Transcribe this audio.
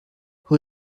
who